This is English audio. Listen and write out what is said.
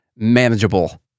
manageable